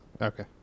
Okay